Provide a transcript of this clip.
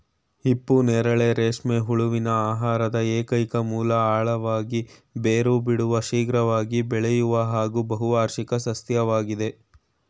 ಹಿಪ್ಪುನೇರಳೆ ರೇಷ್ಮೆ ಹುಳುವಿನ ಆಹಾರದ ಏಕೈಕ ಮೂಲ ಆಳವಾಗಿ ಬೇರು ಬಿಡುವ ಶೀಘ್ರವಾಗಿ ಬೆಳೆಯುವ ಹಾಗೂ ಬಹುವಾರ್ಷಿಕ ಸಸ್ಯವಾಗಯ್ತೆ